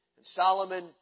Solomon